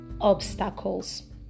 obstacles